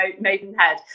Maidenhead